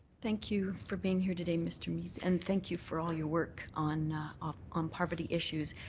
thank you for being here today mr. meads and thank you for all your work on ah on poverty issues.